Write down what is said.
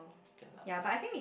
kay lah kay lah